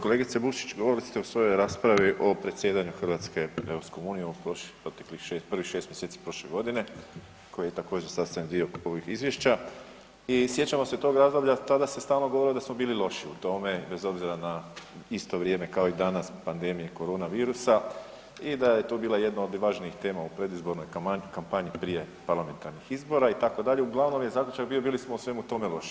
Kolegice Bušić govorili ste u svojoj raspravi o predsjedanju Hrvatske EU u prošlih, proteklih prvih 6 mjeseci prošle godine koji je također sastavni dio ovih izvješća i sjećamo se tog razdoblja tada se stalno govorili da smo bili loši u tome bez obzira na isto vrijeme kao i danas pandemije korona virusa i da je to bila jedna od važnijih tema u predizbornoj kampanji prije parlamentarnih izbora itd., uglavnom je zaključak bio bili smo u svemu tome loši.